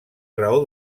raó